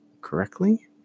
correctly